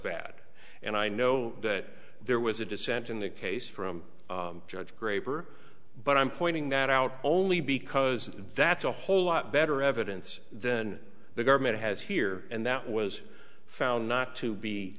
bad and i know that there was a dissent in the case from judge graber but i'm pointing that out only because that's a whole lot better evidence than the government has here and that was found not to be